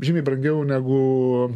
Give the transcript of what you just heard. žymiai brangiau negu